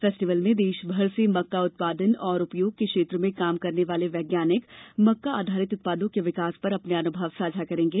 festival में देशभर से मक्का उत्पादन एवं उपयोग के क्षेत्र में काम करने वाले वैज्ञानिक मक्का आधारित उत्पादों के विकास पर अपने अनुभव साझा करेंगे